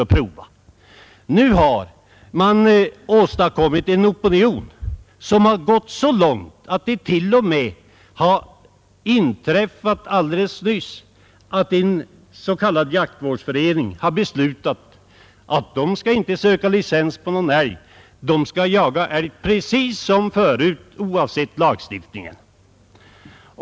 Det har emellertid nu uppstått en opinion som gått så långt att det t.o.m. nyligen inträffat att en s.k. jaktvårdsförening beslutat att inte söka licens på någon älg. Man skall jaga älg precis som förut, oavsett lagstiftningen.